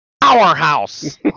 Powerhouse